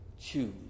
choose